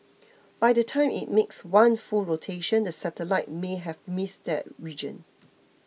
by the time it makes one full rotation the satellite may have missed that region